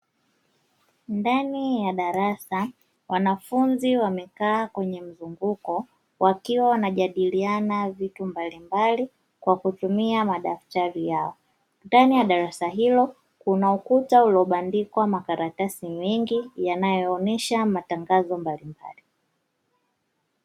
Ndani ya darasa wanafunzi wamekaa kwenye mzunguko, wakiwa wanajadiliana vitu mbalimbali kwa kutumia madaftari yao. Ndani ya darasa hilo kuna ukuta uliobandikwa makaratasi mengi yanaonesha matangazo mbalimbali.